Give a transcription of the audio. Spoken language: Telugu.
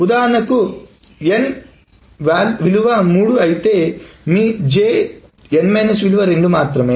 ఉదాహరణకు n 3 అయితే మీ Jn 1 విలువ 2 మాత్రమే